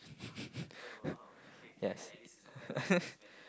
yes